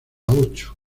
ocho